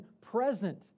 present